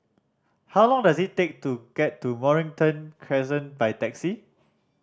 how long does it take to get to Mornington Crescent by taxi